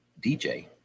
DJ